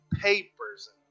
papers